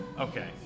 okay